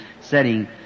setting